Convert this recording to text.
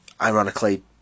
ironically